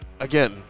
Again